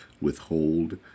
withhold